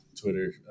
Twitter